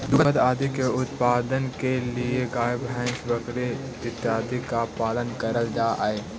दुग्ध आदि के उत्पादन के लिए गाय भैंस बकरी इत्यादि का पालन करल जा हई